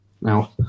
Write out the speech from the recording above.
Now